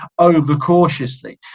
overcautiously